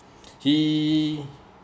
he